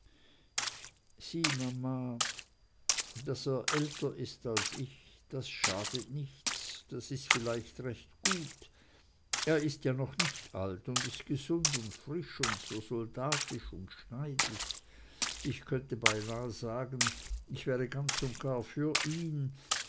daß er älter ist als ich das schadet nichts das ist vielleicht recht gut er ist ja doch nicht alt und ist gesund und frisch und so soldatisch und so schneidig und ich könnte beinah sagen ich wäre ganz und gar für ihn